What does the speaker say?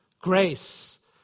Grace